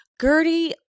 Gertie